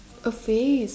a phase